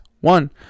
One